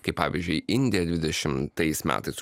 kai pavyzdžiui indija dvidešimtais metais